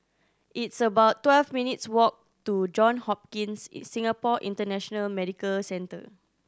it's about twelve minutes' walk to John Hopkins Singapore International Medical Centre